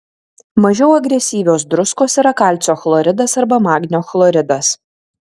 mažiau agresyvios druskos yra kalcio chloridas arba magnio chloridas